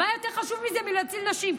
מה יותר חשוב מזה, מלהציל נשים?